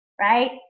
right